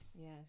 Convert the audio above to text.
yes